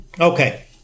Okay